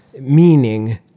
meaning